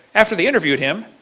after they interviewed him,